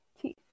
teeth